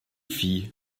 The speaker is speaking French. fille